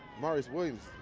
maurice williams